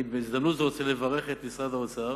בהזדמנות זו אני רוצה לברך את משרד האוצר